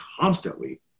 constantly